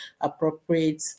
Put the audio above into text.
appropriate